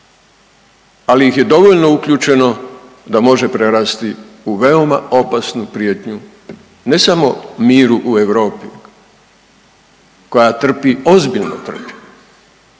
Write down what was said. ali ih je dovoljno uključeno da može prerasti u veoma opasnu prijetnju ne samo miru u Europi koja trpi, ozbiljno trpi,